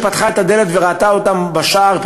שפתחה את הדלת וראתה אותם בשער,